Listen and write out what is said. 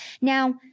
Now